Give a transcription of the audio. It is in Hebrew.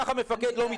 ככה מפקד לא מתנהג.